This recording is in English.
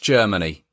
Germany